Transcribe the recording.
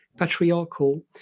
patriarchal